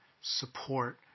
support